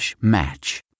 match